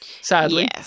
sadly